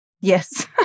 Yes